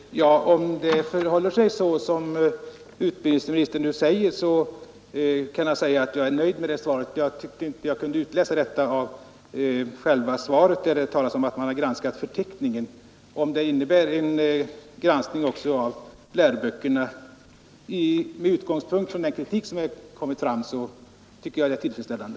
Herr talman! Om det förhåller sig så som utbildningsministern nu säger är jag nöjd. Jag kunde inte utläsa det ur själva svaret, där det talas om att man har granskat förteckningen. Om det innebär en granskning också av läroböckerna med utgångspunkt i den kritik som kommit fram tycker jag att det är tillfredsställande.